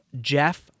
Jeff